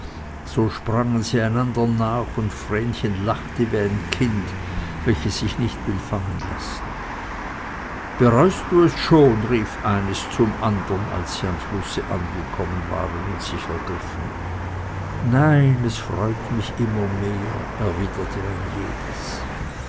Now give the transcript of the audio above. so sprangen sie einander nach und vrenchen lachte wie ein kind welches sich nicht will fangen lassen bereust du es schon rief eines zum andern als sie am flusse angekommen waren und sich ergriffen nein es freut mich immer mehr erwiderte ein jedes